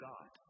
God